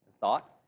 thought